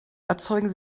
erzeugen